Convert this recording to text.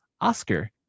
Oscar